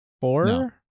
four